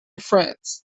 france